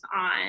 on